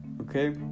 Okay